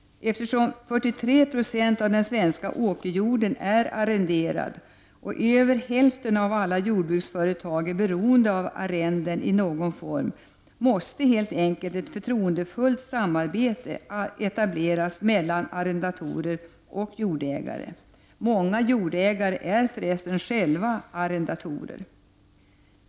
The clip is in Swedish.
Eftersom 43 26 av den svenska åkerjorden är arrenderad och över hälften av alla jordbruksföretag är beroende av arrenden i någon form, måste helt enkelt ett förtroendefullt samarbete etableras mellan arrendatorer och jordägare. Många jordägare är för resten själva arrendatorer.